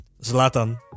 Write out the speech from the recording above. Zlatan